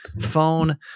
phone